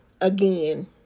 again